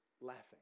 laughing